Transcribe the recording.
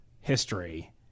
history